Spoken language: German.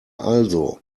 also